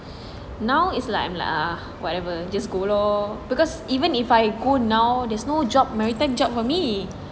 now is like I'm like ah whatever just go lor because even if I go now there's no job maritime job for me